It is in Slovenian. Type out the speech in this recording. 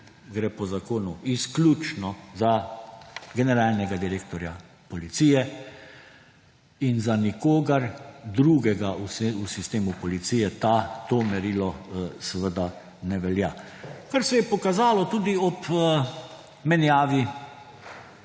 gre po zakonu, izključno za generalnega direktorja policije. In za nikogar drugega v sistemu policije to merilo seveda ne velja. Kar se je pokazalo tudi ob menjavi